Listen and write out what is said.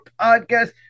Podcast